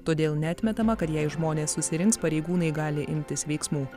todėl neatmetama kad jei žmonės susirinks pareigūnai gali imtis veiksmų